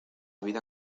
vida